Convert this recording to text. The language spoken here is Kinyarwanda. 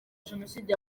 jenoside